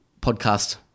podcast